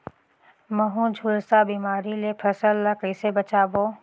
महू, झुलसा बिमारी ले फसल ल कइसे बचाबो?